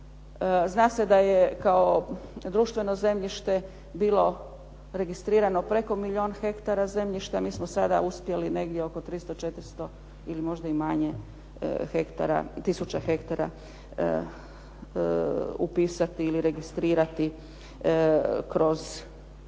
Zna se da je kao društveno zemljište bilo registrirano preko milijon hektara zemljišta, mi smo sada uspjeli negdje oko 300, 400 ili možda i manje tisuća hektara upisati ili registrirati kroz ovih